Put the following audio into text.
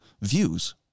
views